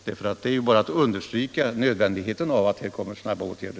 Därigenom understryker man nödvändigheten av snabba åtgärder.